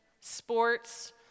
sports